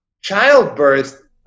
childbirth